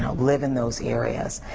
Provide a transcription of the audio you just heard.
live in those areas,